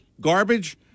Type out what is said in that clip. garbage